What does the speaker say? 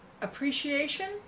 Appreciation